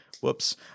Whoops